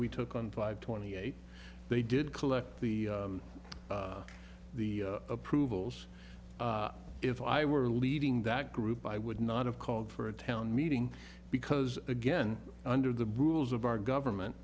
we took on five twenty eight they did collect the approvals if i were leading that group i would not have called for a town meeting because again under the rules of our government